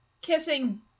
kissing